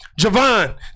Javon